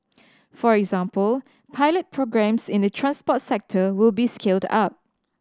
for example pilot programmes in the transport sector will be scaled up